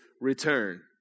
return